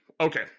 okay